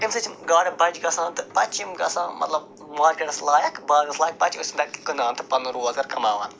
اَمہِ سۭتۍ چھِ یِم گاڈٕ بَجہٕ گژھان تہٕ پتہٕ چھِ یِم گژھان مطلب مارکٮ۪ٹَس لایق بازرَس لایق پتہٕ چھِ أسۍ یِم تَتہِ کٕنان تہٕ پَنُن روزگار کَماوان